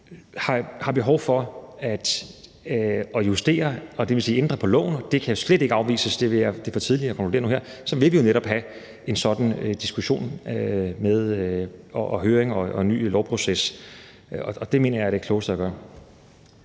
har behov for at justere og det vil sige ændre på loven – og det kan jo slet ikke afvises, det er for tidligt at konkludere nu her – så vil vi jo netop have en sådan diskussion og en høring og en ny lovproces. Det mener jeg er det klogeste at gøre.